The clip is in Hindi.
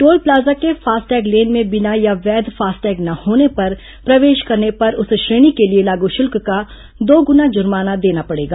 टोल प्लाजा के फास्टैग लेन में बिना या वैध फास्टैग न होने पर प्रवेश करने पर उस श्रेणी के लिए लाग शुल्क का दोगुना जुर्माना देना पडेगा